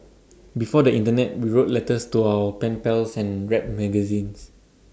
before the Internet we wrote letters to our pen pals and read magazines